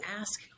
ask